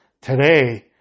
today